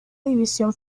división